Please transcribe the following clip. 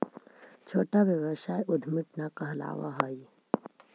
छोटा व्यवसाय उद्यमीट न कहलावऽ हई